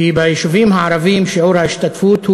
כי ביישובים הערביים שיעור ההשתתפות הוא